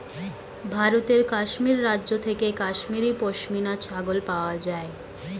ভারতের কাশ্মীর রাজ্য থেকে কাশ্মীরি পশমিনা ছাগল পাওয়া যায়